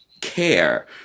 care